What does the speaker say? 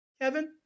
Kevin